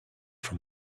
from